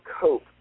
cope